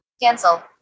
Cancel